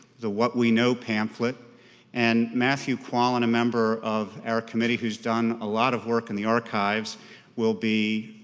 the what we know pamphlet and matthew quallen, a member of our committee whose done a lot of work in the archives will be